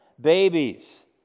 babies